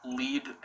lead